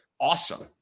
awesome